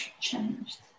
changed